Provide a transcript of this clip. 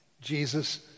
Jesus